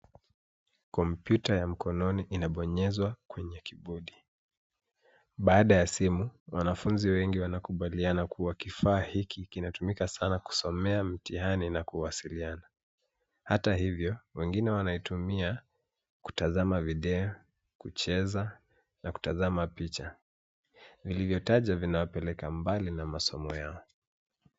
Kompyuta ya mkononi inabonyezwa kwenye kibodi. Baada ya simu, wanafunzi wengi wanakubaliana kuwa kifaa hiki kinatumika sana kusomea mitihani na kuwasiliana. Hata hivyo, wengine wanaitumia kuitazama video, kucheza na kutazama picha. Vilivyotaja vinawapeleka mbali na masomo yao.